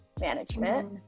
management